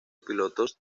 pilotos